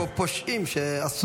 יש פה פושעים שעשו זאת.